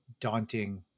daunting